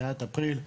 תחילת אפריל.